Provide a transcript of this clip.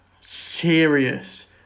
serious